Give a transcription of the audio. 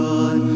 God